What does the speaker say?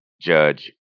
Judge